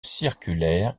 circulaire